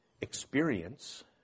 experience